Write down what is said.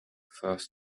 first